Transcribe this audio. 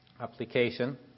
application